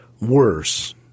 worse